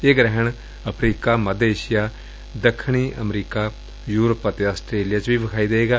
ਇਹ ਗ੍ਰਹਿਣ ਅਫਰੀਕਾ ਮੱਧ ਏਸ਼ੀਆ ਦੱਖਣੀ ਅਮਰੀਕਾ ਯੁਰਪ ਅਤੇ ਆਸਟਰੇਲੀਆ ਵੀ ਵਿਖਾਈ ਦਏਗਾ